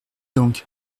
donc